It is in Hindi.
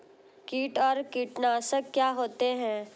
कीट और कीटनाशक क्या होते हैं?